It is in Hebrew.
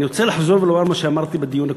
אני רוצה לחזור ולומר מה שאמרתי בדיון הקודם: